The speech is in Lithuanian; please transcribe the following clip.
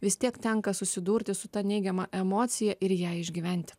vis tiek tenka susidurti su ta neigiama emocija ir ją išgyventi